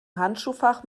handschuhfach